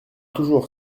toujours